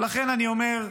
ולכן אני אומר,